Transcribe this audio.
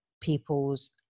people's